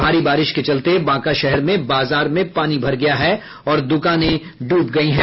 भारी बारिश के चलते बांका शहर में बाजार में पानी भर गया है और दुकानें डूब गयी हैं